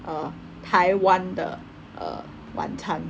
uh Taiwan 的晚餐